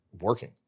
working